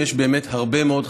למרות הימים המתוחים,